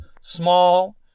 small